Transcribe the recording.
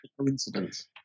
Coincidence